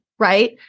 Right